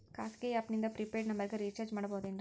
ಖಾಸಗಿ ಆ್ಯಪ್ ನಿಂದ prepaid ನಂಬರಿಗ ರೇಚಾರ್ಜ್ ಮಾಡಬಹುದೇನ್ರಿ?